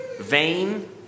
Vain